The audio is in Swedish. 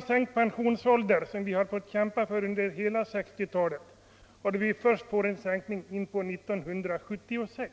Sänkt pensionsålder har vi fått kämpa för under hela 1960-talet och fram till beslutet år 1974. Vi får en sänkning först in på 1976.